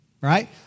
right